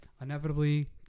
Inevitably